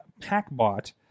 PackBot